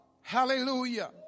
Hallelujah